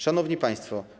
Szanowni Państwo!